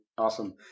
Awesome